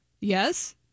Yes